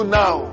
now